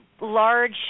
large